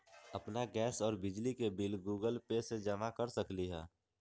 अपन गैस और बिजली के बिल गूगल पे से जमा कर सकलीहल?